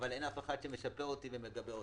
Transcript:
אבל אין אף אחד שמשפה אותי ומגבה אותי.